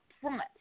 front